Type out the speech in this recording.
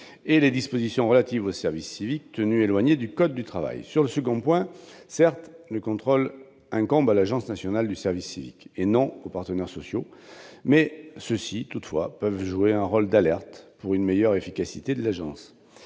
que les dispositions relatives au service civique soient tenues éloignées du code du travail. Sur le second point, certes, le contrôle incombe à l'Agence nationale du service civique, et non aux partenaires sociaux, mais ceux-ci peuvent jouer un rôle d'alerte pour une meilleure efficacité de l'Agence.